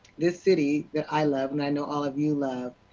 this city that i love and i know all of you love,